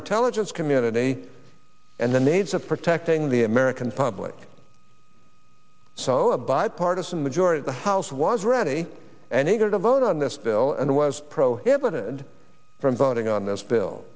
intelligence community and the needs of protecting the american public so a bipartisan majority of the house was ready and eager to vote on this bill and was prohibited from voting on this bill